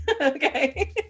Okay